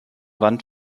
wand